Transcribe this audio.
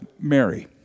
Mary